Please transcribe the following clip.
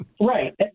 Right